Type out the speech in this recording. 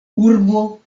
urbo